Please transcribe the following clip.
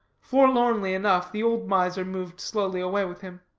forlornly enough the old miser moved slowly away with him.